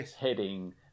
heading